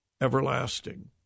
everlasting